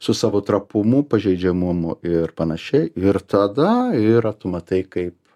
su savo trapumu pažeidžiamumu ir panašiai ir tada yra tu matai kaip